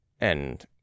And